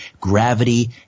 gravity